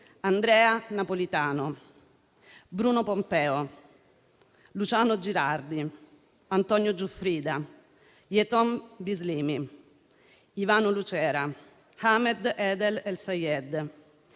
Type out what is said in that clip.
Andrea Napolitano, Bruno Pompeo, Luciano Gilardi, Antonio Giuffrida, Jeton Bislimi, Ivano Lucera, Ahmed Adel Elsayed,